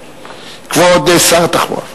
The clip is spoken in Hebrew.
כבוד שר התחבורה,